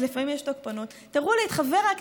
אז לפעמים יש תוקפנות.